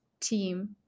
team